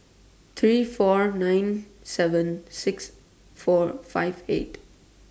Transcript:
three four nine seven six four five eight